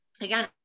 again